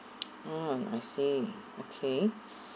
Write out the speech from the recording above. ha I see okay